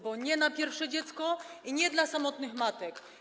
Bo nie na pierwsze dziecko i nie dla samotnych matek.